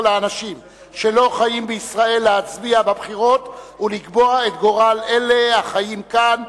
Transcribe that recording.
לאנשים שלא חיים בישראל להצביע בבחירות ולקבוע את גורלם של אלה החיים בה,